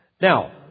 Now